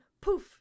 poof